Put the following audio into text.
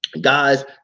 guys